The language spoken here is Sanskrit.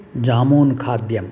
जामून् खाद्यम्